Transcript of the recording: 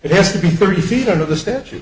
it has to be thirty feet under the statu